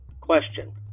Question